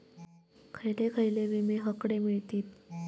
खयले खयले विमे हकडे मिळतीत?